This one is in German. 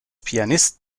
pianist